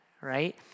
right